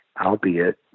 albeit